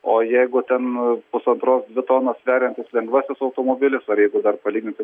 o jeigu ten pusantros dvi tonas sveriantis lengvasis automobilis ar jeigu dar palyginti